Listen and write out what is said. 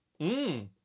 Mmm